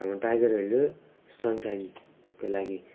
हाम्रो Tiger Hill सनसाइनको लागि